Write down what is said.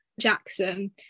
Jackson